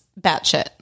batshit